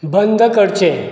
बंद करचें